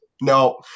no